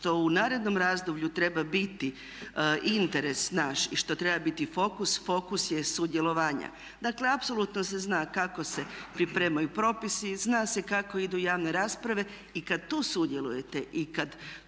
što u narednom razdoblju treba biti interes nas i što treba biti fokus, fokus je sudjelovanja. Dakle apsolutno se zna kako se pripremaju propisi, zna se kako idu javne rasprave i kada tu sudjelujete i kada